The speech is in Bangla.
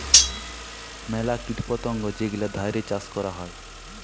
ম্যালা কীট পতঙ্গ যেগলা ধ্যইরে চাষ ক্যরা হ্যয়